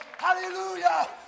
Hallelujah